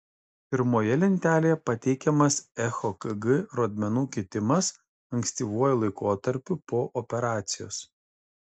pirmoje lentelėje pateikiamas echokg rodmenų kitimas ankstyvuoju laikotarpiu po operacijos